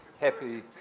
happy